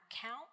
count